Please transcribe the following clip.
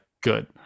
good